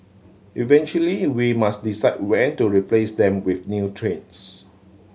eventually we must decide when to replace them with new trains